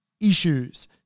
issues